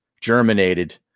germinated